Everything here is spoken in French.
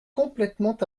complètement